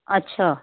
ਅੱਛਾ